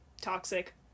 toxic